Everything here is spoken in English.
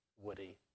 Woody